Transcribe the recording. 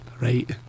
right